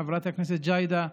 חברת הכנסת ג'ידא?